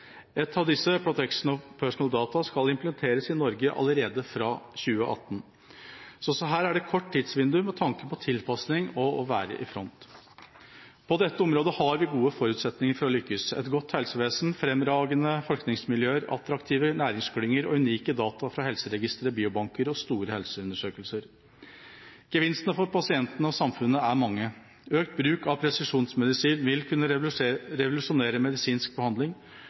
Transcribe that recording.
Et av disse – Protection of Personal data – skal implementeres i Norge allerede fra 2018. Så også her er det et kort tidsvindu med tanke på tilpasning og å være i front. På dette området har vi gode forutsetninger for å lykkes: et godt helsevesen, fremragende forskningsmiljøer, attraktive næringsklynger og unike data fra helseregistre, biobanker og store helseundersøkelser. Gevinstene for pasientene og samfunnet er mange. Økt bruk av presisjonsmedisin vil kunne revolusjonere medisinsk behandling,